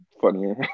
funnier